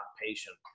patient